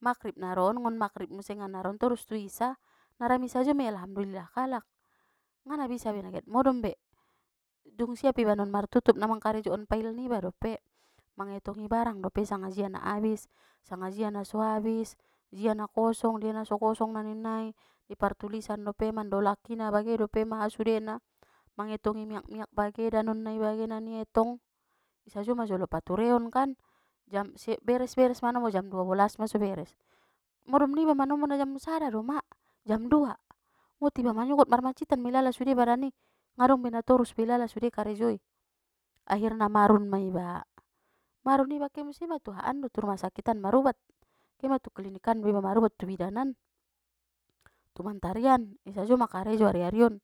maghrib naron ngon maghrib musengan naron torus tu isya na rami sajo mei alhamdullilah kalak, ngana bisa be na get modom be, dung siap iba non martutup na mangkarejoon file niba dope mangetongi barang dope sanga jia na abis sanga jia na so abis jia na kosong dia na so kosong na ninnai i partulisan dope mandolakki na bage dope maha sudena mangetongi miak-miak bage danon nai bage nan i etong, i sajo majolo patureonkan jam siap beres-beres manombo jam dua bolas ma so beres modom niba manombo na jam sada doma jam dua ngot iba manyogot marmancitan ma ilala sude badan i ngadong be na torus be ilala sude karejoi akhirna marun ma iba, marun iba ke muse ma tu ahaan bo tu rumah sakit an marubat ke ma tu klinikan bo iba marubat tu bidan an, tu mantarian i sajo ma karejo ari-ari on.